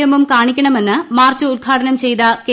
എമ്മും കാണിക്കണമെന്ന് മാർച്ച് ഉദ്ഘാടനം ചെയ്ത കെ